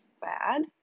bad